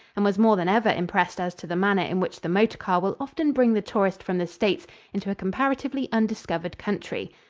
and was more than ever impressed as to the manner in which the motor car will often bring the tourist from the states into a comparatively undiscovered country.